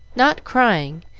not crying,